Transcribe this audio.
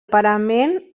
parament